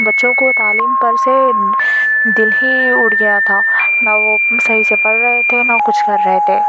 بچوں کو تعلیم پر سے دل ہی اٹھ گیا تھا نہ وہ صحیح سے پڑھ رہے تھے نہ کچھ کر رہے تھے